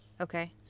Okay